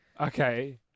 Okay